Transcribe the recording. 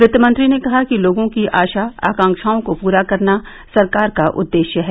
वित्त मंत्री ने कहा कि लोगों की आशा आकांक्षाओं को पूरा करना सरकार का उद्देश्य है